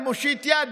אני מושיט יד,